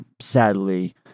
sadly